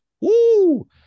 Woo